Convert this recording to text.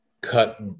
cut